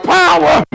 power